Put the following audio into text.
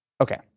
Okay